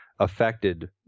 Affected